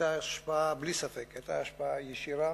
בלי ספק היתה השפעה ישירה